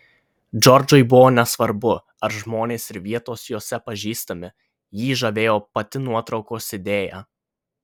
džordžui buvo nesvarbu ar žmonės ir vietos jose pažįstami jį žavėjo pati nuotraukos idėja